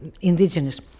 indigenous